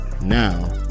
now